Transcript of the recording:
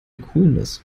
coolness